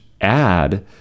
add